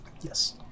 yes